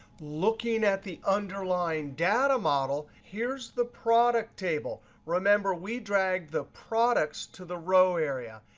looking at the underlying data model, here's the product table. remember, we dragged the products to the row area.